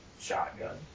shotgun